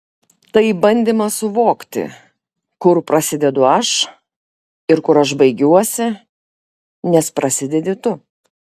tai bandymas suvokti kur prasidedu aš ir kur aš baigiuosi nes prasidedi tu